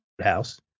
house